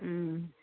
ꯎꯝ